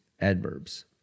adverbs